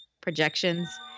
projections